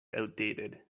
outdated